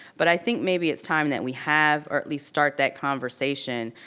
but i think maybe it's time that we have, or at least start that conversation.